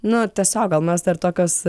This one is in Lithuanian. nu tiesiog gal mes dar tokios